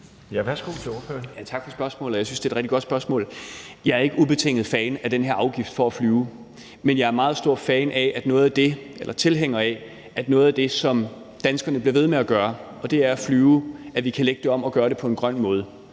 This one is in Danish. godt spørgsmål. Jeg er ikke ubetinget fan af den her afgift på at flyve, men jeg er meget stor tilhænger af, at noget af det, som danskerne bliver ved med at gøre, og det er at flyve, kan vi lægge om og gøre på en grøn måde,